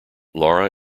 laura